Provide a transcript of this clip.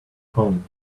home